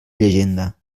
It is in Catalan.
llegenda